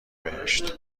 بهشت